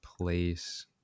place